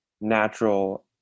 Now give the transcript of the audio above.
natural